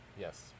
Yes